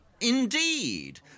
Indeed